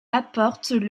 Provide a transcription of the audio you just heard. apportent